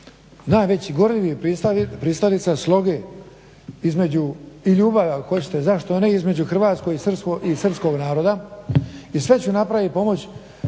najveći gorljivi pristalica sloge i ljubavi ako hoćete zašto ne između hrvatskog i srpskog naroda i sve ću napraviti i pomoći